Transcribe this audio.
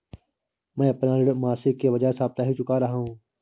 मैं अपना ऋण मासिक के बजाय साप्ताहिक चुका रहा हूँ